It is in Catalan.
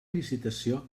licitació